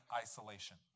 isolation